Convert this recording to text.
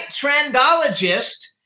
trendologist